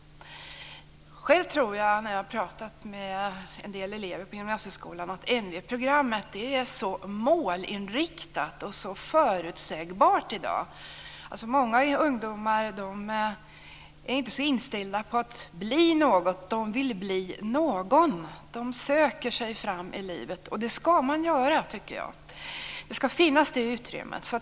Själv tror jag när jag har pratat med en del elever på gymnasieskolan att NV-programmet är så målinriktat och förutsägbart i dag. Många ungdomar är inte så inställda på att bli något. De vill bli någon. De söker sig fram i livet. Och det ska man göra, tycker jag. Det utrymmet ska finnas.